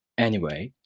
anyway,